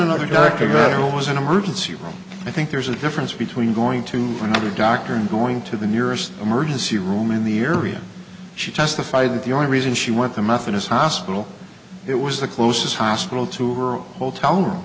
another doctor murder was an emergency room i think there's a difference between going to another doctor and going to the nearest emergency room in the area she testified that the only reason she went to methodist hospital it was the closest hospital to her hotel room